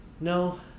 No